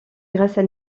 graisses